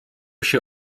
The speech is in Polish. się